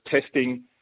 testing